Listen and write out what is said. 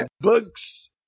books